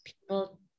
people